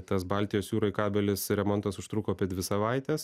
tas baltijos jūroj kabelis remontas užtruko apie dvi savaites